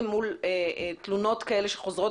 מה עושה אדם שנופל קורבן להונאה כל כך נוראית